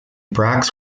bracts